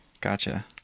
Gotcha